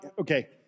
okay